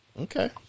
Okay